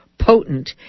potent